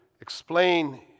explain